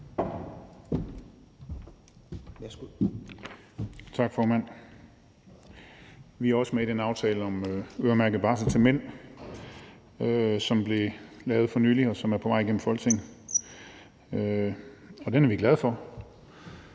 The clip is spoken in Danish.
Tak, formand. Vi er også med i den aftale om øremærket barsel til mænd, som blev lavet for nylig, og som er på vej igennem Folketinget, og den er vi glade for.